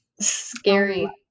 scary